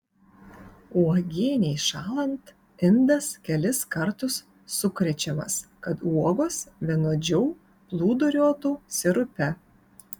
uogienei šąlant indas kelis kartus sukrečiamas kad uogos vienodžiau plūduriuotų sirupe